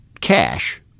cash